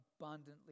abundantly